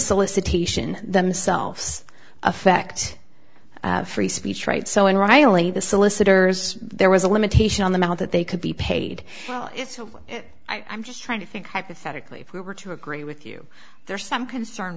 solicitation themselves affect free speech rights so in riley the solicitors there was a limitation on the mount that they could be paid well if so i'm just trying to think hypothetically if we were to agree with you there is some concern